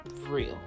real